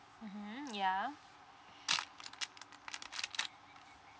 mmhmm ya